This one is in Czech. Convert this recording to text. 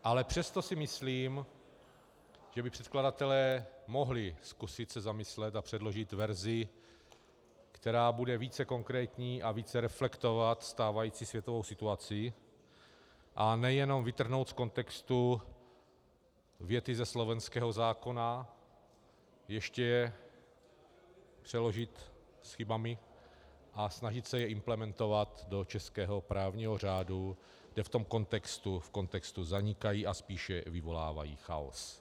Ale přesto si myslím, že by se předkladatelé mohli zkusit zamyslet a předložit verzi, která bude více konkrétní a více reflektovat stávající světovou situaci, a nejenom vytrhnout z kontextu věty ze slovenského zákona, ještě je přeložit s chybami a snažit se je implementovat do českého právního řádu, kde v tom kontextu zanikají a spíše vyvolávají chaos.